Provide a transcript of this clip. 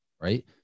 right